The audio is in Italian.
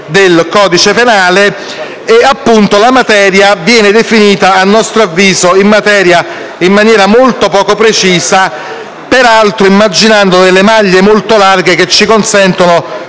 del codice penale, ma la materia viene definita, a nostro avviso, in maniera molto poco precisa, peraltro immaginando delle maglie molto larghe, che rendono